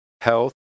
health